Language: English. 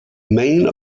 main